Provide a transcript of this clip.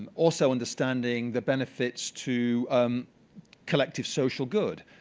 and also understanding the benefits to collective social good.